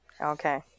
okay